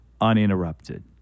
uninterrupted